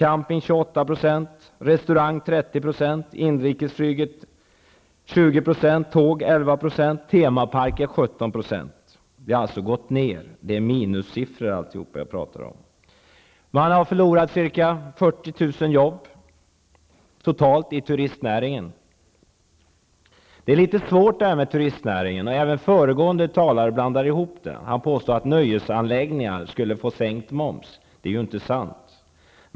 Alltihop är fråga om minussiffror -- volym och omsättning har alltså gått ned: Totalt ca 40 000 jobb har försvunnit inom turistnäringen. Detta med turistnäringen är litet komplicerat, och även föregående talare blandade ihop det. Han påstod att nöjesanläggningar skulle få sänkt moms, men det är inte sant.